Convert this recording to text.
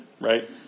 Right